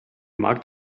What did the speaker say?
mag